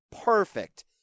perfect